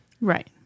Right